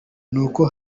nuko